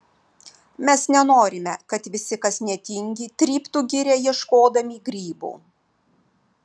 mes nenorime kad visi kas netingi tryptų girią ieškodami grybų